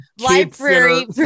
library